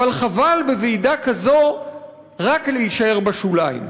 אבל חבל בוועידה כזו רק להישאר בשוליים.